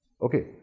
Okay